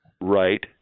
Right